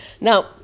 Now